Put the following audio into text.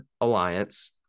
alliance